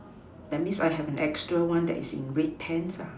that means I have a extra one that is in red pants